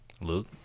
Luke